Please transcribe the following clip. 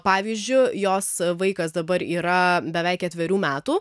pavyzdžiu jos vaikas dabar yra beveik ketverių metų